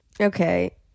okay